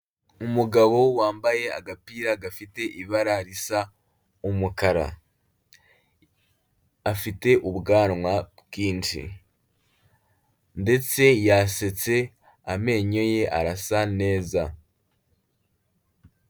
Umugabo wambaye agapira gafite ibara risa umukara, afite ubwanwa bwinshi ndetse yasetse amenyo ye arasa neza.